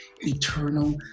eternal